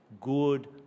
good